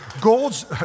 Gold's